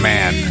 Man